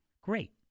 Great